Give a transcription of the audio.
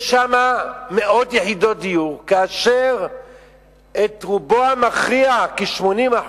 יש שם מאות יחידות דיור, ואת רובן המכריע, כ-80%,